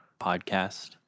podcast